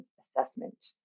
assessment